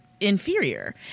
inferior